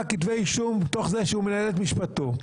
כתבי אישום בתוך זה שהוא מנהל את משפטו,